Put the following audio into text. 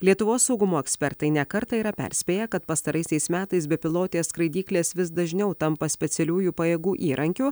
lietuvos saugumo ekspertai ne kartą yra perspėję kad pastaraisiais metais bepilotės skraidyklės vis dažniau tampa specialiųjų pajėgų įrankiu